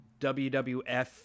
WWF